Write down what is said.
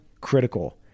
critical